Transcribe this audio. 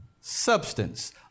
substance